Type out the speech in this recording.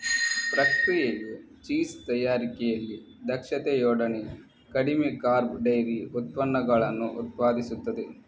ಪ್ರಕ್ರಿಯೆಯು ಚೀಸ್ ತಯಾರಿಕೆಯಲ್ಲಿ ದಕ್ಷತೆಯೊಡನೆ ಕಡಿಮೆ ಕಾರ್ಬ್ ಡೈರಿ ಉತ್ಪನ್ನಗಳನ್ನು ಉತ್ಪಾದಿಸುತ್ತದೆ